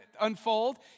unfold